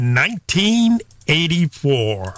1984